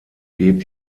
geht